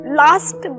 last